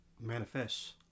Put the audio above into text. manifest